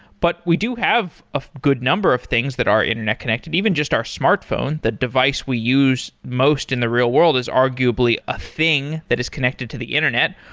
but we do have a good number of things that are internet connected, even just our smartphone, the device we use most in the real world is arguably a thing that is connected to the internet.